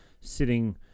sitting